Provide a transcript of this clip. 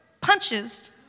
punches